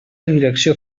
direcció